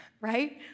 right